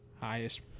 highest